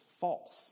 false